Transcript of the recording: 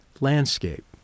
landscape